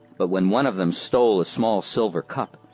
but when one of them stole a small silver cup,